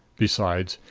besides,